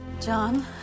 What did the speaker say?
John